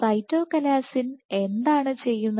cytochalasin എന്താണ് ചെയ്യുന്നത്